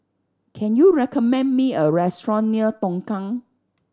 can you recommend me a restaurant near Tongkang